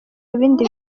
ibindi